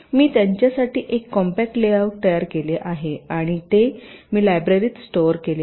मी त्यांच्यासाठी एक compact layout तयार केले आहे आणि मी ते लायब्ररीत स्टोर केले आहे